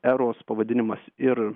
eros pavadinimas ir